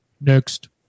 Next